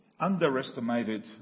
underestimated